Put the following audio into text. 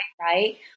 right